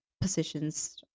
positions